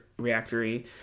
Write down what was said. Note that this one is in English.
reactory